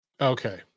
okay